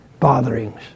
botherings